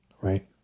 right